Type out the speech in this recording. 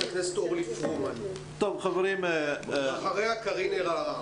הכנסת אורלי פרומן ואחריה קארין אלהרר.